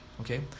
Okay